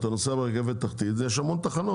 כשאתה נוסע ברכבת התחתית יש המון תחנות.